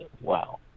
Wow